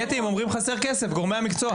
קטי, הם אומרים חסר כסף, גורמי המקצוע.